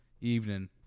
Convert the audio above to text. evening